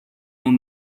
اون